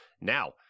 Now